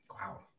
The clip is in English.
Wow